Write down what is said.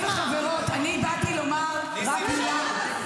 חברים וחברות, אני באתי לומר רק מילה.